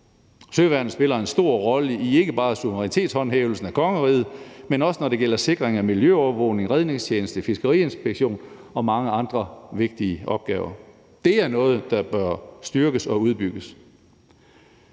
Søværnet spiller en stor rolle i ikke bare suverænitetshåndhævelsen af kongeriget, men også, når det gælder sikring af miljøovervågning, redningstjeneste, fiskeriinspektion og mange andre vigtige opgaver. Det er noget, der bør styrkes og udbygges.